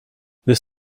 this